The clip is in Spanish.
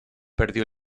perdió